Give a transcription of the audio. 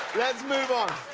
let's move on.